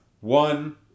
one